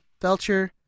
Felcher